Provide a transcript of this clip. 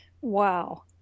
Wow